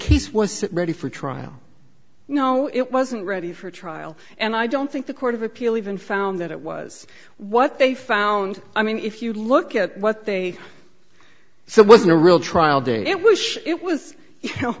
case was ready for trial no it wasn't ready for trial and i don't think the court of appeal even found that it was what they found i mean if you look at what they saw was a real trial date it wish it was you know